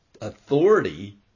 authority